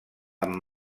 amb